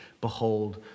Behold